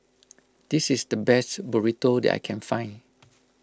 this is the best Burrito that I can find